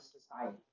society